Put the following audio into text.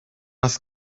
les